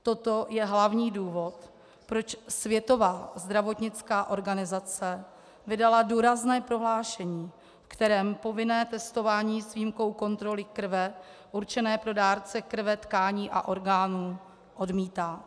Toto je hlavní důvod, proč Světová zdravotnická organizace vydala důrazné prohlášení, v kterém povinné testování s výjimkou kontroly krve určené pro dárce krve, tkání a orgánů, odmítá.